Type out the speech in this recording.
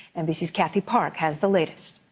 nbc's kathy park has the latest.